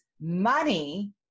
money